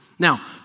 Now